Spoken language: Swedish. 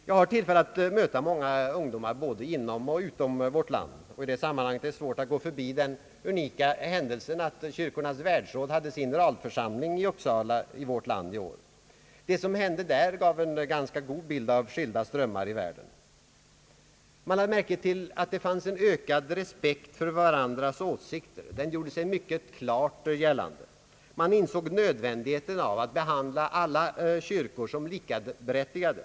Jag har tillfälle att möta många ungdomar både inom och utom vårt land. I detta sammanhang är det svårt att gå förbi den unika händelsen att Kyrkornas världsråd hade sin generalförsamling i Uppsala i år. Det som hände där gav en ganska god bild av skilda strömningar i världen. Man lade märke till en ökad respekt för andras åsikter, vilket gjorde sig mycket klart gällande, likaså nödvändigheten av att behandla alla kyrkor som likaberättigade.